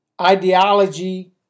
ideology